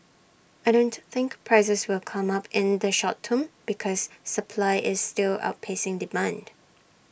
I don't think prices will come up in the short term because supply is still outpacing demand